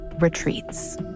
retreats